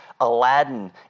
Aladdin